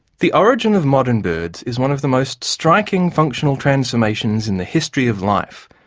the origin of modern birds is one of the most striking functional transformations in the history of life,